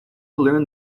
learn